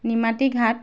নিমাটি ঘাট